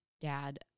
dad